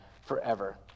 forever